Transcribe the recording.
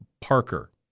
Parker